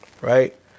Right